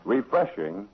Refreshing